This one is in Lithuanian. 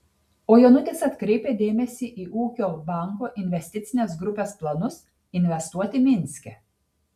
o jonutis atkreipia dėmesį į ūkio banko investicinės grupės planus investuoti minske